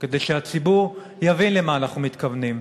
כדי שהציבור יבין למה אנחנו מתכוונים.